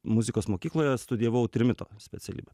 muzikos mokykloje studijavau trimito specialybę